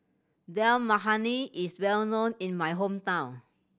Dal Makhani is well known in my hometown